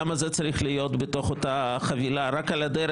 למה זה צריך להיות בתוך אותה חבילה רק על הדרך,